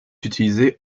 utilisé